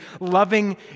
loving